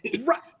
Right